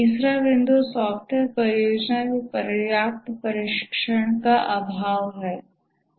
तीसरा बिंदु software engineering में पर्याप्त प्रशिक्षण का अभाव है